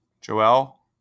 Joel